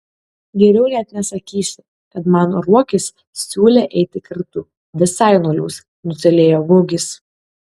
geriau net nesakysiu kad man ruokis siūlė eiti kartu visai nuliūs nutylėjo gugis